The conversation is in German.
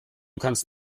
kannst